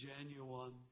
genuine